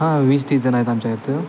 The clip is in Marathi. हां वीस तीस जणं आहेत आमच्या इथं